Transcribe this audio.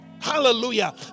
hallelujah